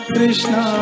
Krishna